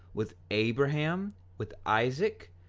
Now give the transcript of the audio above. with abraham, with isaac,